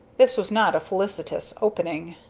this was not a felicitious opening.